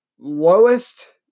lowest